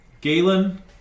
Galen